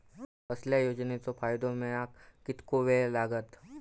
कसल्याय योजनेचो फायदो मेळाक कितको वेळ लागत?